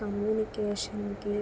కమ్యూనికేషన్కి